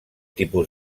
tipus